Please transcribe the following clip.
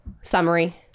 summary